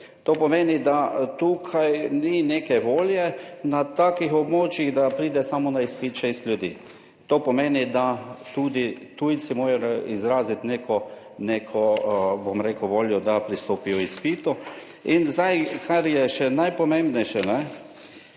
To pomeni, da tukaj ni neke volje na takih območjih, da pride samo na izpit 6 ljudi, to pomeni, da tudi tujci morajo izraziti neko bom rekel, voljo, da pristopijo k izpitu. In zdaj, kar je še najpomembnejše,